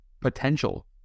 potential